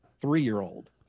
three-year-old